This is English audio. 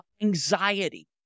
anxiety